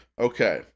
Okay